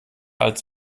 als